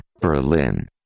Berlin